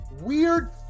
weird